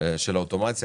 של האוטומציה,